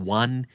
one